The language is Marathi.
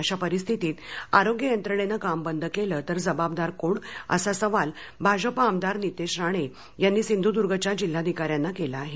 अशा परिस्थितीत आरोग्य यंत्रणेनं काम बंद केल तर जबाबदार कोण असा सवाल भाजप आमदार नितेश राणे यांनी सिंधुद्गच्या जिल्हाधिकाऱ्याना केला आहे